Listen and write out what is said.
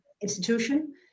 institution